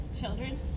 children